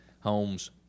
homes